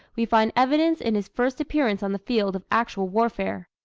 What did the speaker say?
we find evidence in his first appearance on the field of actual warfare.